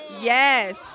Yes